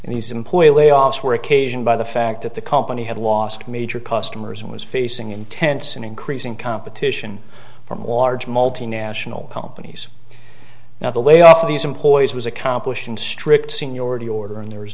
and these employee layoffs were occasioned by the fact that the company had lost major customers and was facing intense and increasing competition from multinational companies now the layoff of these employees was accomplished in strict seniority order and there is